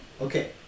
Okay